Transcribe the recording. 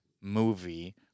movie